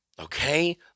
Okay